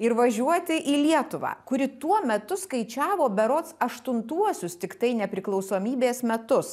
ir važiuoti į lietuvą kuri tuo metu skaičiavo berods aštuntuosius tiktai nepriklausomybės metus